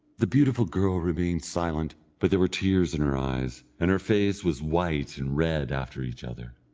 the beautiful girl remained silent, but there were tears in her eyes, and her face was white and red after each other.